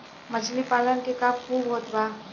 मछली पालन के काम खूब होत बा